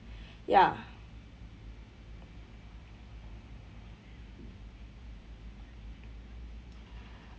ya